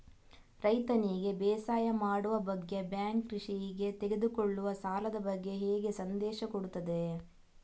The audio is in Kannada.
ರೈತನಿಗೆ ಬೇಸಾಯ ಮಾಡುವ ಬಗ್ಗೆ ಬ್ಯಾಂಕ್ ಕೃಷಿಗೆ ತೆಗೆದುಕೊಳ್ಳುವ ಸಾಲದ ಬಗ್ಗೆ ಹೇಗೆ ಸಂದೇಶ ಕೊಡುತ್ತದೆ?